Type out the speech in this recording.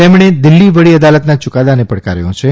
તેમણે દિલ્હી વડી અદાલતના યૂકાદાને પડકાર્યો છે